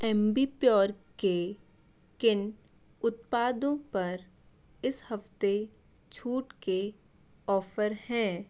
Ambipure के किन उत्पादों पर इस हफ़्ते छूट के ऑफ़र हैं